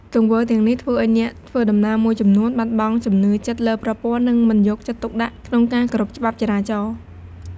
ទង្វើទាំងនេះ ធ្វើឱ្យអ្នកធ្វើដំណើរមួយចំនួនបាត់បង់ជំនឿចិត្តលើប្រព័ន្ធ និងមិនយកចិត្តទុកដាក់ក្នុងការគោរពច្បាប់ចរាចរណ៍។